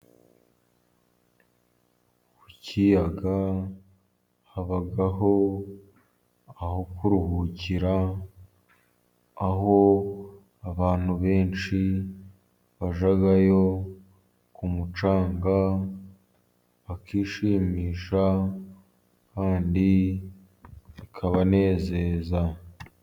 Ku kiyaga habaho aho kuruhukira, aho abantu benshi bajyayo ku mucanga bakishimisha, kandi hakabanezeza.